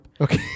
Okay